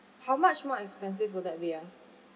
how much more expensive would that be ah